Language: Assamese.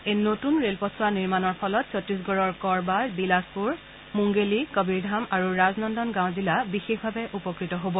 এই নতুন ৰেলপথ চোৱা নিৰ্মাণৰ ফলত ছত্তিশগড়ৰ কৰবা বিলাসপূৰ মুংগেলী কবীৰধাম আৰু ৰাজনন্দন গাঁও জিলা বিশেষভাৱে উপকৃত হব